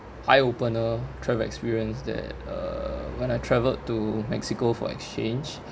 eye opener travel experience that uh when I traveled to mexico for exchange